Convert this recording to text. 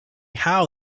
how